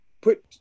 put